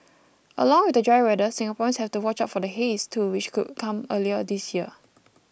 along with the dry weather Singaporeans have to watch out for the haze too which could come earlier this year